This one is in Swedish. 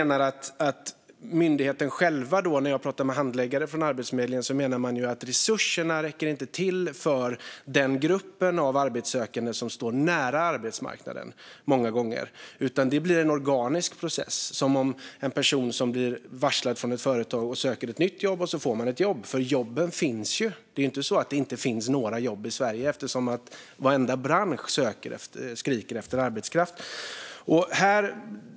När jag pratar med handläggare från Arbetsförmedlingen menar de att resurserna många gånger inte räcker till för den grupp arbetssökande som står nära arbetsmarknaden. Det blir en organisk process. En person blir varslad från ett företag, söker ett nytt jobb och får ett jobb. Jobben finns ju; det är inte så att det inte finns några jobb i Sverige. Varenda bransch skriker efter arbetskraft.